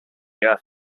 earth